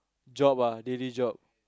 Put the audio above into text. job ah daily job